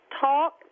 Talk